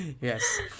Yes